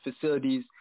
facilities